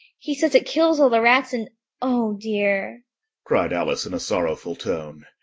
he says it kills all the rats and oh dear cried alice in a sorrowful tone,